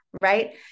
Right